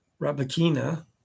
Rabakina